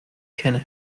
kenne